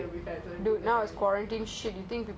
or alex